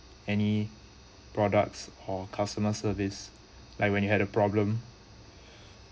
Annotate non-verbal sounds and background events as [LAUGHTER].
any products or customer service like when you had a problem [BREATH]